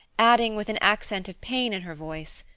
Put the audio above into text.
adding, with an accent of pain in her voice,